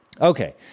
Okay